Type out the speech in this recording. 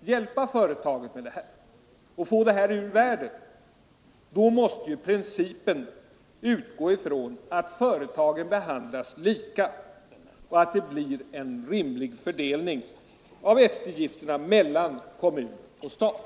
hjälpa företagen med dessa förluster, så måste principen vara att företagen behandlas lika och att det blir en rimlig fördelning av kostnader för eftergifterna mellan kommun och stat.